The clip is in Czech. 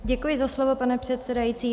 Děkuji za slovo, pane předsedající.